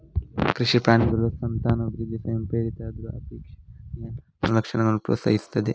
ಕೃಷಿ ಪ್ರಾಣಿಗಳ ಸಂತಾನವೃದ್ಧಿ ಸ್ವಯಂಪ್ರೇರಿತ ಆದ್ರೂ ಅಪೇಕ್ಷಣೀಯ ಗುಣಲಕ್ಷಣಗಳನ್ನ ಪ್ರೋತ್ಸಾಹಿಸ್ತಾರೆ